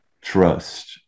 trust